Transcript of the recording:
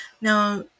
Now